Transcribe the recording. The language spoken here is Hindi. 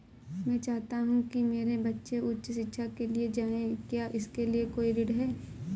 मैं चाहता हूँ कि मेरे बच्चे उच्च शिक्षा के लिए जाएं क्या इसके लिए कोई ऋण है?